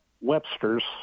Webster's